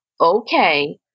Okay